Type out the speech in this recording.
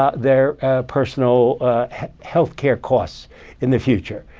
ah their personal health care costs in the future.